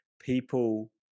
people